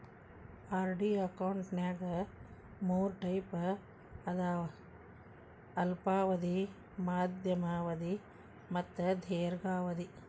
RD ಅಕೌಂಟ್ನ್ಯಾಗ ಮೂರ್ type ಅದಾವ ಅಲ್ಪಾವಧಿ ಮಾಧ್ಯಮ ಅವಧಿ ಮತ್ತ ದೇರ್ಘಾವಧಿ